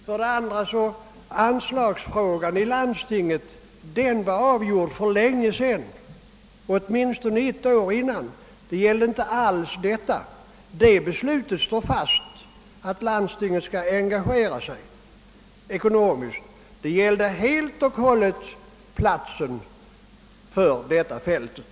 För det andra avgjordes anslagsfrågan i landstinget åtminstone ett år tidigare, och beslutet att landstinget skall engagera sig ekonomiskt står fast. Nu gällde det enbart platsen för flygfältet.